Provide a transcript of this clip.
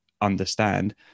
understand